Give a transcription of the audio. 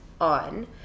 on